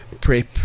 PrEP